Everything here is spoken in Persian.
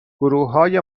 گروههای